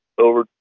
over